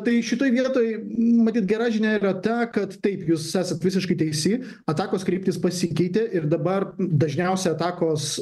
tai šitoj vietoj matyt gera žinia yra ta kad taip jūs esate visiškai teisi atakos kryptys pasikeitė ir dabar dažniausia atakos